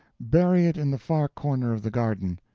bury it in the far corner of the garden,